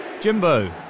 Jimbo